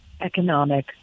economic